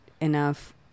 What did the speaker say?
enough